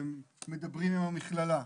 מדברים עם המכללה,